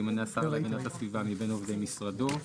שימנה השר להגנת הסביבה מבין עובדי משרדו,